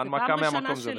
זאת פעם ראשונה שלי.